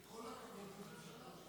וכל הכבוד לממשלה.